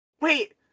wait